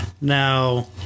Now